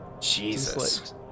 Jesus